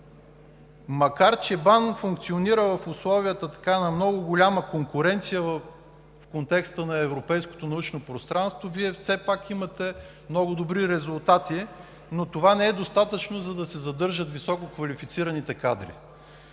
макар че БАН функционира в условията на много голяма конкуренция в контекста на европейското научно пространство, Вие все пак имате много добри резултати, но това не е достатъчно, за да се задържат висококвалифицираните кадри.